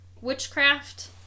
witchcraft